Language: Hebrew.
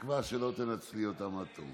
בתקווה שלא תנצלי אותן עד תום.